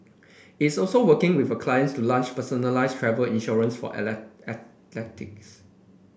is also working with a clients to launch personalised travel insurance for